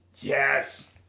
Yes